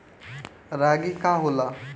रागी का होला?